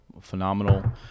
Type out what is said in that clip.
Phenomenal